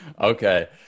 okay